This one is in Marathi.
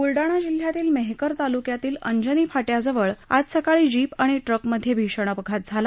बुलडाणा जिल्ह्यातील मेहकर तालुक्यातील अप्रिमी फाट्याजवळ आज सकाळी जीप आणि ट्रकमध्ये भीषण अपघात झाला